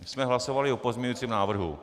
My jsme hlasovali o pozměňujícím návrhu.